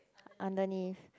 underneath